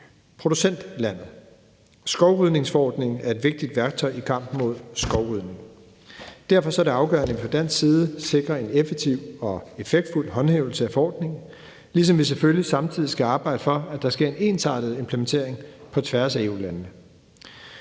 producentlandet. Skovrydningsforordningen er et vigtigt værktøj i kampen mod skovrydning. Derfor er det afgørende, at vi fra dansk side sikrer en effektiv og effektfuld håndhævelse af forordningen, ligesom vi selvfølgelig samtidig skal arbejde for, at der sker en ensartet implementering på tværs af EU-landene.